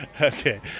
Okay